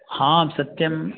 हा सत्यम्